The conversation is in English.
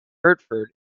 hertford